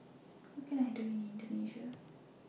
What Can I Do in Indonesia